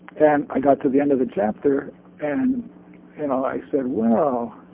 and i got to the end of the chapter and and i said, well,